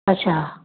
अच्छा